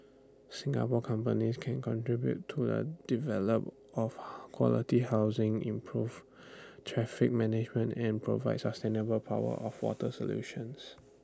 Singapore companies can contribute to the development of quality housing improve traffic management and provide sustainable power and water solutions